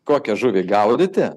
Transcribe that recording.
kokią žuvį gaudyti